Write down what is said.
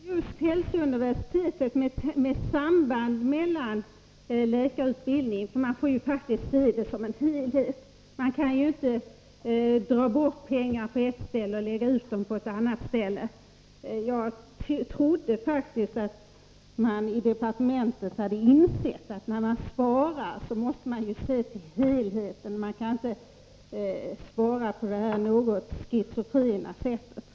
Herr talman! Det gällde hälsouniversitetet och dess samband med läkarutbildningen. Man får faktiskt se det som en helhet. Man kan inte ta bort pengar från ett ställe och lägga ut dem på ett annat. Jag trodde faktiskt att man i departementet hade insett att när man sparar måste man se till helheten. Man kan inte spara på det här något ”schizofrena” sättet.